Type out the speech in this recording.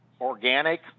organic